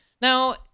now